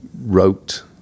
wrote